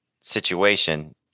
situation